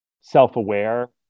self-aware